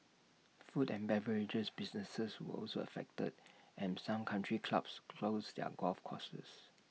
food and beverage businesses were also affected and some country clubs closed their golf courses